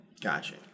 Gotcha